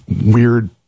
weird